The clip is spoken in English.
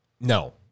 No